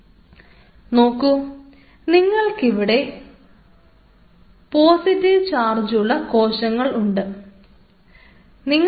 നോക്കൂ നിങ്ങൾക്കിവിടെ പോസിറ്റീവ് ചാർജുള്ള കോശങ്ങളുണ്ട് ഉണ്ട്